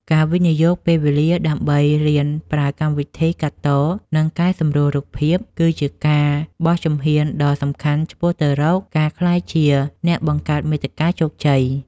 ការវិនិយោគពេលវេលាដើម្បីរៀនប្រើកម្មវិធីកាត់ត និងកែសម្រួលរូបភាព គឺជាការបោះជំហ៊ានដ៏សំខាន់ឆ្ពោះទៅរកការក្លាយជាអ្នកបង្កើតមាតិកាជោគជ័យ។